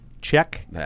check